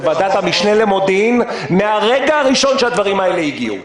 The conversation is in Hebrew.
בוועדת המשנה למודיעין מהרגע הראשון שהדברים האלה הגיעו.